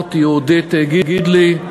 והספורט יהודית גידלי,